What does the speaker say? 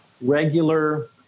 regular